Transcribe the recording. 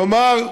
כלומר,